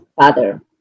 father